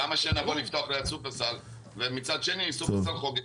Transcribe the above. למה שנבוא לפתוח ליד שופרסל ומצד שני שופרסל חוגג,